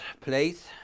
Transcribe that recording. please